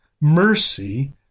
mercy